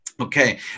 Okay